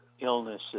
illnesses